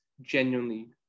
genuinely